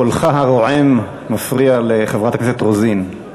קולך הרועם מפריע לחברת הכנסת רוזין.